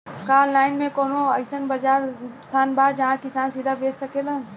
का आनलाइन मे कौनो अइसन बाजार स्थान बा जहाँ किसान सीधा फसल बेच सकेलन?